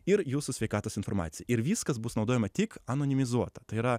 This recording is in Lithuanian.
ir jūsų sveikatos informaciją ir viskas bus naudojama tik anonimizuota tai yra